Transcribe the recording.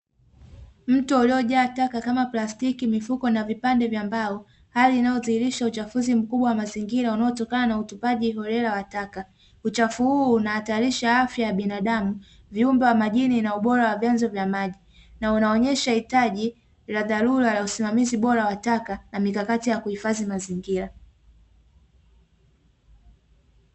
Mto uliojaa taka kama plastiki, mifuko na vipande vya mbao hali inayodhihirisha uchafuzi mkubwa wa mazingira, unaotokana na utupaji holela wa taka. Uchafu huu unahatarisha afya ya binadamu, viumbe wa majini na ubora wa vyanzo vya maji, na unaonyesha hitaji la dharura la usimamizi bora wa taka na mikakati ya kuhifadhi mazingira.